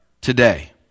today